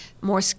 more